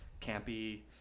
campy